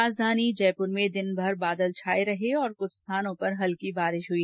राजधानी जयपुर में दिनभर बादल छाये रहे और ं कुछ स्थानों पर हल्की बारिश हुई